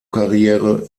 karriere